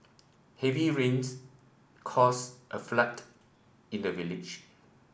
heavy rains caused a flood in the village